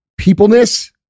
peopleness